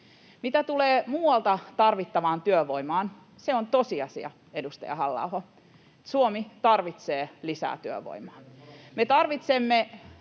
Mitä tulee muualta tarvittavaan työvoimaan, se on tosiasia, edustaja Halla-aho. Suomi tarvitsee lisää työvoimaa. [Jussi